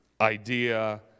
idea